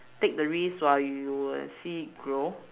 take the risk while you will see it grow